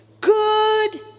Good